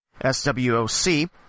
SWOC